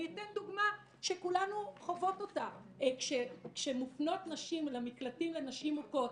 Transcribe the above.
אני אתן דוגמה שכולנו חוות אותה כשמופנות נשים למקלטים לנשים מוכות,